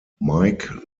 mike